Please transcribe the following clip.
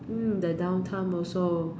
mm that downtime also